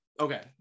okay